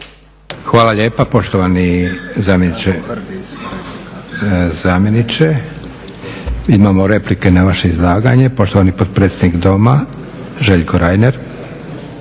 Hvala lijepo poštovani zamjeniče. Imamo replike na vaše izlaganje. Poštovani potpredsjednik Doma, Željko Reiner.